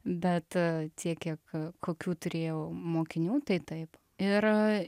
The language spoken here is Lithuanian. bet tiek kiek kokių turėjau mokinių tai taip ir